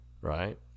right